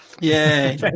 Yay